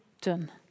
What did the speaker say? done